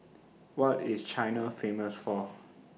What IS China Famous For